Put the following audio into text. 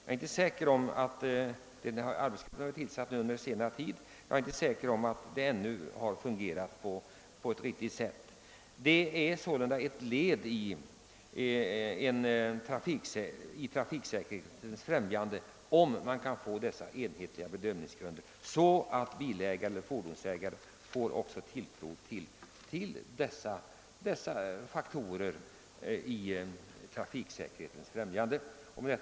Arbetsgruppen har ju tillsatts under senare tid, och jag är inte säker på att allt fungerar på ett riktigt sätt. Enhetliga bedömningsnormer är ett led i strävandena att öka trafiksäkerhe ten. Fordonsägarna måste ha tilltro till denna verksamhet.